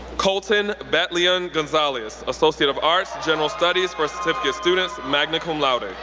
colton betlyon gonzalez, associate of arts, general studies for certificate students, magna cum laude.